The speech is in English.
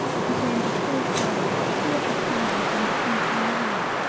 it began before five with a fearful pounding from the french on our right,